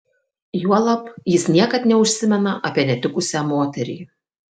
juolab jis niekad neužsimena apie netikusią moterį